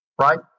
right